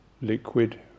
liquid